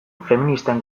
feministen